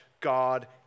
God